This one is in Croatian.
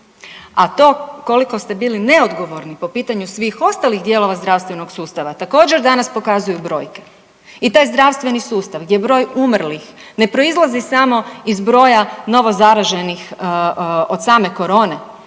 A to koliko ste bili neodgovorni po pitanju svih ostalih dijelova zdravstvenog sustava također, danas pokazuju brojke. I taj zdravstveni sustav gdje broj umrlih ne proizlazi samo iz broja novozaraženih od same korone,